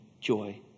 joy